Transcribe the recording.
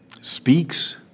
speaks